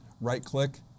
right-click